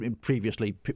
previously